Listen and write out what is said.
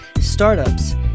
startups